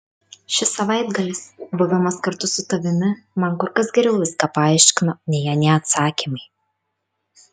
šis savaitgalis buvimas kartu su tavimi man kur kas geriau viską paaiškino nei anie atsakymai